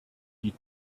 die